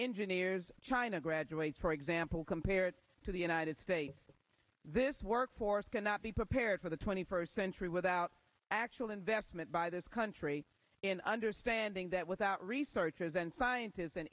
engineers china graduates for example compared to the united states this workforce cannot be prepared for the twenty first century without actual investment by this country in understanding that without researchers and scientists and